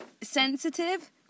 sensitive